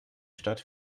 stadt